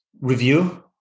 review